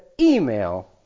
email